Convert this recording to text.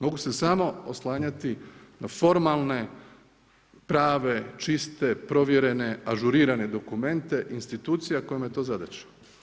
Mogu se samo oslanjati na formalne prave, čiste provjerene, ažurirane dokumente, institucija kojima je to zadaća.